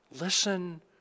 Listen